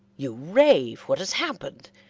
you rave. what has happened?